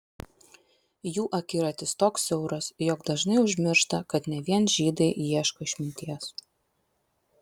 jų akiratis toks siauras jog dažnai užmiršta kad ne vien žydai ieško išminties